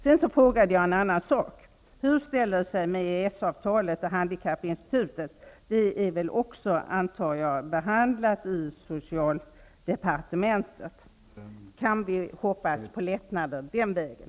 Jag ställde även en annan fråga: Vad händer med handikappinstitutet efter EES-avtalet? Jag antar att den frågan har behandlats i socialdepartementet. Kan vi hoppas på lättnader den vägen?